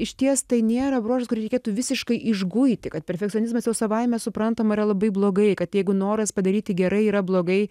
išties tai nėra bruožas kurį reikėtų visiškai išguiti kad perfekcionizmas jau savaime suprantama yra labai blogai kad jeigu noras padaryti gerai yra blogai